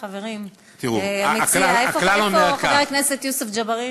חברים, איפה חבר הכנסת יוסף ג'בארין?